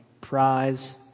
prize